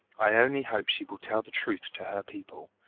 i only hope she will tell the truth to her people.